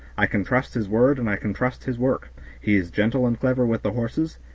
i can trust his word and i can trust his work he is gentle and clever with the horses,